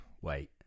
wait